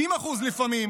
60% לפעמים,